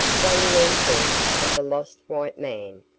one resource of the lost white man,